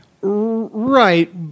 Right